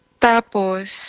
Tapos